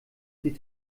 sie